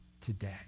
today